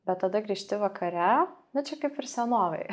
bet tada grįžti vakare nu čia kaip ir senovėj